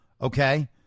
Okay